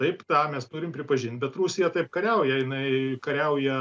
taip tą mes turim pripažint bet rusija taip kariauja jinai kariauja